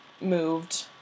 moved